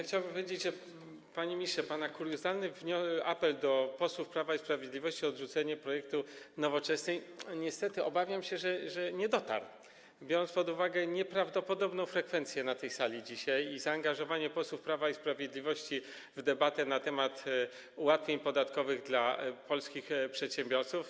Chciałbym powiedzieć, panie ministrze, że pana kuriozalny apel do posłów Prawa i Sprawiedliwości o odrzucenie projektu Nowoczesnej niestety, obawiam się, nie dotarł, biorąc pod uwagę nieprawdopodobną frekwencję dzisiaj na tej sali i zaangażowanie posłów Prawa i Sprawiedliwości w debatę na temat ułatwień podatkowych dla polskich przedsiębiorców.